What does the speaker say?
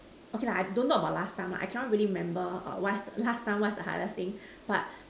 okay lah don't talk about last time lah I cannot really remember err what last time what's the hardest thing but